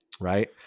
Right